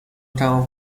تمام